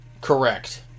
Correct